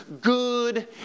Good